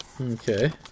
Okay